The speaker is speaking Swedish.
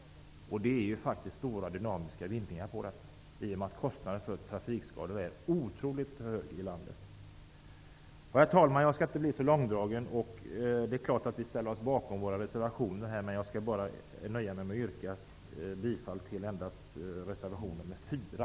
Det finns faktiskt stora vinningar att göra på detta. Kostnaderna för trafikskadorna är otroligt höga här i landet. Herr talman! Jag skall inte bli långdragen. Vi ställer oss naturligtvis bakom våra reservationer, men jag nöjer mig med att yrka bifall till reservation nr 4.